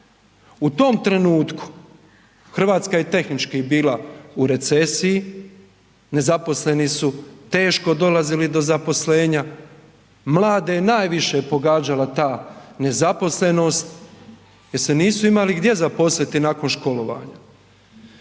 U tom trenutku RH je tehnički bila u recesiji, nezaposleni su teško dolazili do zaposlenja, mlade je najviše pogađala ta nezaposlenost jer se nisu imali gdje zaposliti nakon školovanja